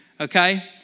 okay